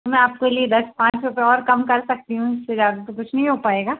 मैं आपके लिए दस पाँच रुपये और कम कर सकती हूँ उससे ज़्यादा तो कुछ नहीं हो पाएगा